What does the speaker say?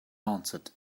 answered